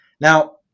Now